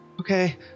Okay